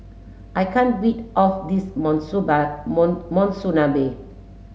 I can't beat of this Monsuba Mon Monsunabe